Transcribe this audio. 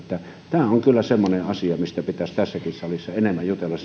tämä on kyllä semmoinen asia mistä pitäisi tässäkin salissa enemmän jutella